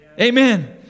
Amen